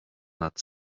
nad